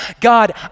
God